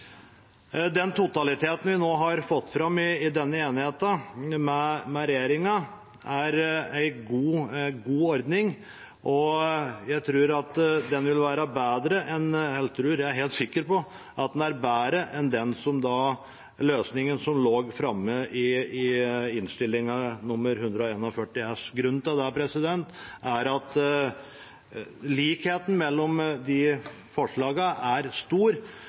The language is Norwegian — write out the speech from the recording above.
Totaliteten vi har fått fram i enighet med regjeringen, er en god ordning, og jeg tror – nei, jeg er helt sikker på – at den er bedre enn den løsningen som lå i Innst. 141 S for 2019–2020. Grunnen til det er at likheten mellom forslagene er stor,